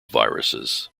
viruses